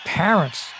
parents